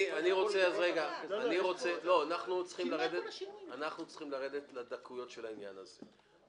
--- אנחנו צריכים לרדת מהדקויות של העניין הזה.